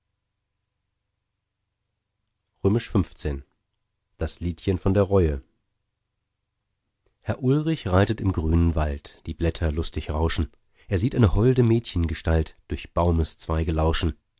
das liedchen von der reue herr ulrich reitet im grünen wald die blätter lustig rauschen er sieht eine holde mädchengestalt durch